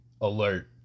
alert